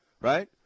right